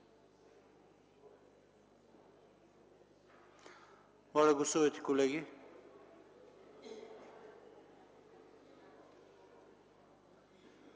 Благодаря